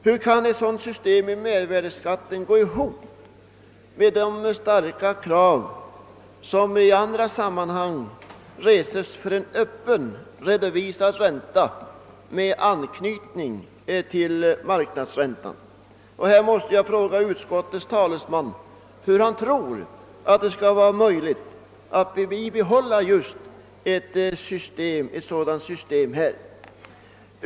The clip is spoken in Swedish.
Hur kan ett sådant system i mervärdeskatten gå ihop med de starka krav som i andra sammanhang reses på en öppet redovisad ränta med anknytning till marknadsräntan? Jag måste fråga utskottets talesman hur han tror att det skall vara möjligt att bibehålla ett sådant system just här.